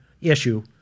issue